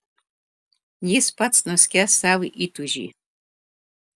jis pats nuskęs savo įtūžy